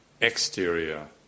exterior